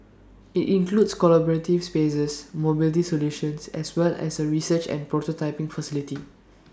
IT includes collaborative spaces mobility solutions as well as A research and prototyping facility